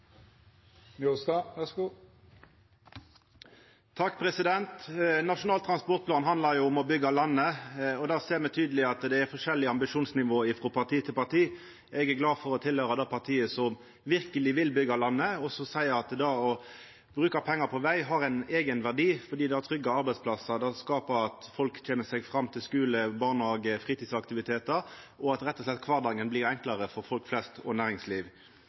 Nasjonal transportplan handlar om å byggja landet, og der ser me tydeleg at det er forskjellige ambisjonsnivå frå parti til parti. Eg er glad for å tilhøyra det partiet som verkeleg vil byggja landet, og som seier at det å bruka pengar på veg har ein eigenverdi fordi det tryggjer arbeidsplassar, det gjer at folk kjem seg fram til skule, barnehage og fritidsaktivitetar, og det gjer rett og slett at kvardagen blir enklare for folk flest og